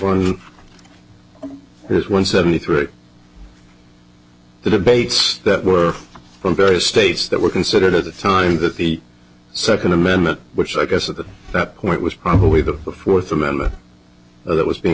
of his one seventy three debates that were from various states that were considered at the time that the second amendment which i guess is that point was probably the fourth amendment that was being